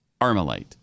Armalite